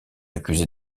accusés